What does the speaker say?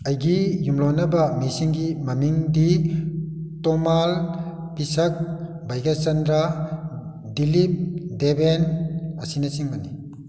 ꯑꯩꯒꯤ ꯌꯨꯝꯂꯣꯟꯅꯕ ꯃꯤꯁꯤꯡꯒꯤ ꯃꯃꯤꯡꯗꯤ ꯇꯣꯃꯥꯜ ꯄꯤꯁꯛ ꯕꯩꯒꯆꯟꯗ꯭ꯔꯥ ꯗꯤꯂꯤꯞ ꯗꯦꯕꯦꯟ ꯑꯁꯤꯅꯆꯤꯡꯕꯅꯤ